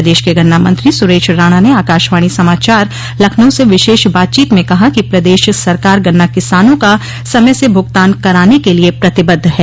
प्रदेश के गन्ना मंत्री सुरेश राणा ने आकाशवाणी समाचार लखनऊ से विशेष बातचीत में कहा कि प्रदेश सरकार गन्ना किसानों का समय से भुगतान कराने के लिए प्रतिबद्ध है